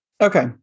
Okay